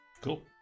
Cool